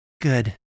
Good